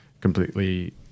completely